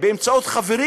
באמצעות חברים,